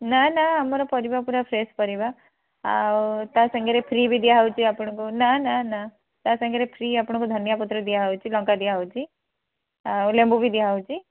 ନା ନା ଆମର ପରିବା ପୁରା ଫ୍ରେଶ୍ ପରିବା ଆଉ ତା ସାଙ୍ଗରେ ଫ୍ରି ବି ଦିଆହେଉଛି ଆପଣଙ୍କୁ ନା ନା ନା ତା ସାଙ୍ଗରେ ଫ୍ରି ଆପଣଙ୍କୁ ଧନିଆପତ୍ର ଦିଆହେଉଛି ଲଙ୍କା ଦିଆହେଉଛି ଆଉ ଲେମ୍ବୁ ବି ଦିଆହେଉଛି